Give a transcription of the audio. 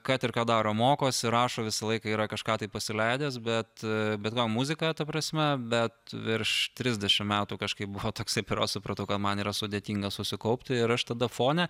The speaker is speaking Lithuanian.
kad ir ką daro mokosi rašo visą laiką yra kažką tai pasileidęs bet bet va muzika ta prasme bet virš trisdešimt metų kažkaip buvo toks periodas supratau ką man yra sudėtinga susikaupti ir aš tada fone